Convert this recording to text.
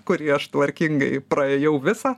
kurį aš tvarkingai praėjau visą